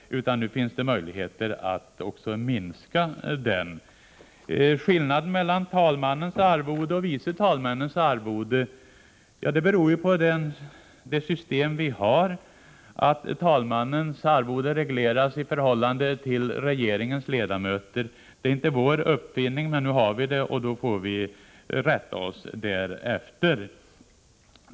Nu finns möjligheter att i stället minska denna krets. Skillnaden mellan talmannens och vice talmännens arvode beror på det system som vi har. Talmannens arvode regleras i förhållande till regeringens ledamöter. Det är inte vår uppfinning, men nu har vi det systemet och får rätta oss därefter.